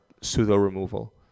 pseudo-removal